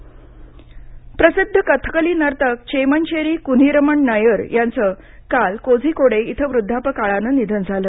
कथकली नर्तक निधन प्रसिद्ध कथकली नर्तक चेमनचेरी कुन्हीरमण नायर यांचं काल कोझिकोडे इथं वृद्धापकाळानं निधन झालं